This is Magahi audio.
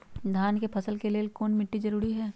धान के फसल के लेल कौन मिट्टी जरूरी है?